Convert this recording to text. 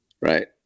right